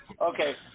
Okay